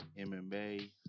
MMA